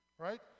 right